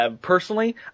personally